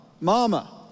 mama